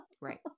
Right